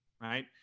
right